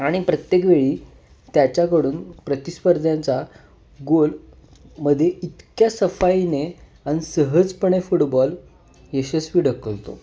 आणि प्रत्येकवेळी त्याच्याकडून प्रतिस्पर्ध्यांचा गोलमध्ये इतक्या सफाईने आणि सहजपणे फुटबॉल यशस्वी ढकलतो